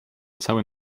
cały